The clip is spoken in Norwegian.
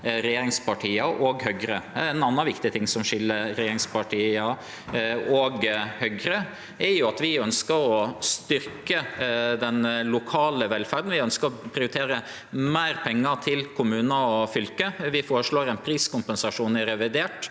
regjeringspartia og Høgre. Ein annan viktig ting som skil regjeringspartia og Høgre, er at vi ønskjer å styrkje den lokale velferda, vi ønskjer å prioritere meir pengar til kommunar og fylke. Vi føreslår ein priskompensasjon i revidert,